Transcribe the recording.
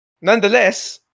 Nonetheless